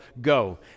go